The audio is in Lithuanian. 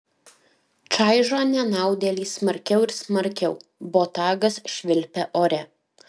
čaižo nenaudėlį smarkiau ir smarkiau botagas švilpia ore